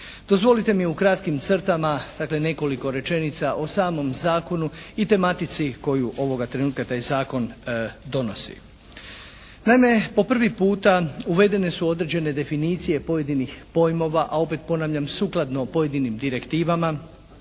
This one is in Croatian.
Dozvolite mi u kratkim crtama dakle nekoliko rečenica o samom zakonu i tematici koju ovoga trenutka taj zakon donosi. Naime po prvi puta uvedene su određene definicije pojedinih pojmova, a opet ponavljam sukladno pojedinim direktivama